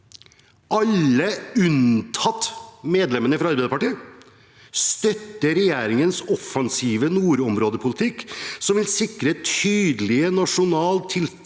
alle unntatt medlemmene fra Arbeiderpartiet, støtter regjeringens offensive nordområdepolitikk som vil sikre tydelig nasjonal